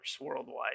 worldwide